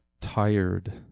tired